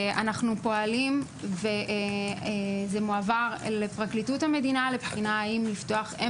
אנחנו פועלים וזה מועבר לפרקליטות המדינה לבחינה אם לפתוח הם